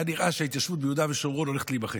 היה נראה שההתיישבות ביהודה ושומרון הולכת להימחק,